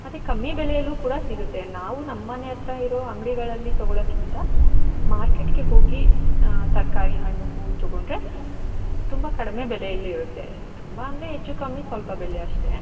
ಮತ್ತು ಕಮ್ಮಿ ಬೆಲೆಯಲ್ಲೂ ಕೂಡ ಸಿಗುತ್ತೆ ನಾವು ನಮ್ಮ ಮನೆ ಹತ್ರ ಇರೋ ಅಂಗಡಿಗಳಲ್ಲಿ ತಗೊಳ್ಳೋಕ್ಕಿಂತ ಮಾರ್ಕೆಟ್ಗೆ ಹೋಗಿ ತರಕಾರಿ ಹಣ್ಣು ಹೂ ತಗೊಂಡ್ರೆ ತುಂಬ ಕಡಿಮೆ ಬೆಲೆಯಲ್ಲಿ ಇರುತ್ತೆ ತುಂಬ ಅಂದರೆ ಹೆಚ್ಚು ಕಮ್ಮಿ ಸ್ವಲ್ಪ ಬೆಲೆ ಅಷ್ಟೆ